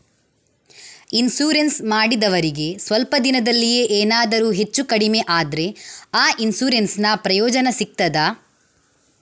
Insurance ಮಾಡಿದವರಿಗೆ ಸ್ವಲ್ಪ ದಿನದಲ್ಲಿಯೇ ಎನಾದರೂ ಹೆಚ್ಚು ಕಡಿಮೆ ಆದ್ರೆ ಆ ಇನ್ಸೂರೆನ್ಸ್ ನ ಪ್ರಯೋಜನ ಸಿಗ್ತದ?